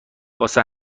واسه